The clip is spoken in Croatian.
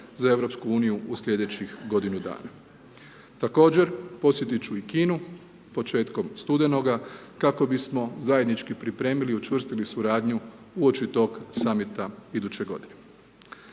za EU u slijedećih godinu dana. Također, posjetit ću i Kinu početkom studenoga kako bismo zajednički pripremili i učvrstili suradnju uoči tog summita iduće godine.